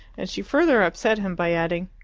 and she further upset him by adding,